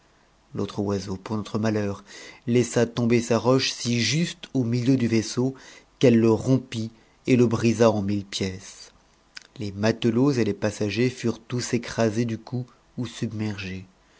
l'autre oiseau pour notre malheur laissa tomber sa roche si juste au milieu du vaisseau qu'elle le rompit et le brisa en mille pièces les matelots et les passagers furent tous écrasés du coup ou submergés